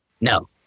No